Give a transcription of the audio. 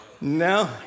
No